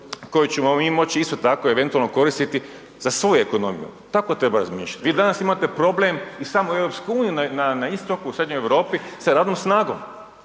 koju ćemo mi moći isto tako, eventualno koristiti za svoju ekonomiju. Tako treba razmišljati. Vi danas imate problem i samu EU na istoku, srednjoj Europi sa radnom snagom.